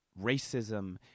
racism